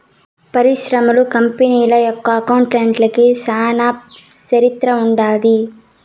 పరిశ్రమలు, కంపెనీల యొక్క అకౌంట్లకి చానా చరిత్ర ఉంటది